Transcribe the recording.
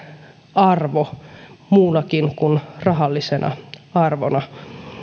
arvo muunakin kuin rahallisena arvona